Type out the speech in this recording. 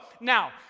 now